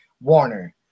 Warner